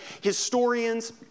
historians